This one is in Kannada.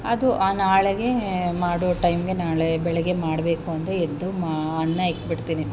ಅದು ಆ ನಾಳೆಗೆ ಮಾಡುವ ಟೈಮ್ಗೆ ನಾಳೆ ಬೆಳಗ್ಗೆ ಮಾಡಬೇಕು ಅಂದರೆ ಎದ್ದು ಮಾ ಅನ್ನ ಇಟ್ಬಿಡ್ತೀನಿ